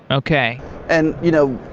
okay and, you know,